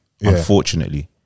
unfortunately